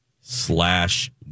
slash